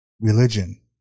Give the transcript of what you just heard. religion